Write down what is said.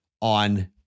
on